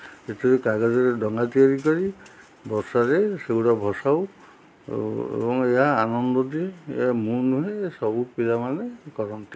ଏଥିରେ କାଗଜରେ ଡଙ୍ଗା ତିଆରି କରି ବର୍ଷାରେ ସେଗୁଡ଼ା ଭସାଉ ଏବଂ ଏହା ଆନନ୍ଦ ଦିଏ ଏହା ମୁଁ ନୁହେଁ ଏ ସବୁ ପିଲାମାନେ କରନ୍ତି